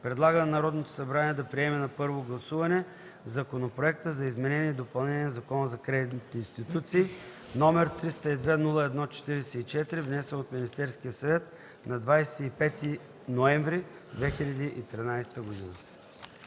предлага на Народното събрание да приеме на първо гласуване Законопроекта за изменение и допълнение на Закона за кредитните институции, № 302-01-44, внесен от Министерския съвет на 25 ноември 2013 г.”